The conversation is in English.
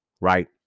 Right